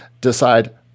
decide